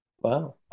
Wow